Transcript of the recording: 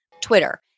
Twitter